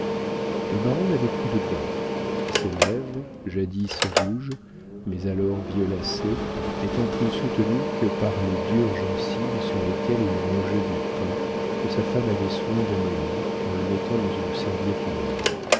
le baron n'avait plus de dents ses lèvres jadis rouges mais alors violacées n'étant plus soutenues que par les dures gencives sur lesquelles il mangeait du pain que sa femme avait soin d'amollir en le mettant dans une serviette humide